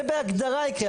זה בהגדרה יקרה.